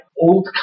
old